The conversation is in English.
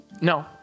No